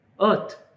Earth